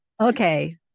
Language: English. Okay